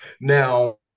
Now